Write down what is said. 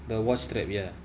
the watch strap ya